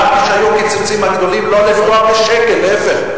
גם כשהיו הקיצוצים הגדולים, לא לפגוע בשקל, להיפך.